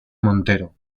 montero